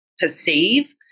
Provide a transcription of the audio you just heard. perceive